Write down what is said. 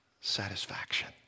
satisfaction